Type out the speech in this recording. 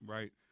Right